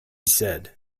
said